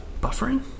Buffering